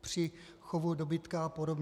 při chovu dobytka apod.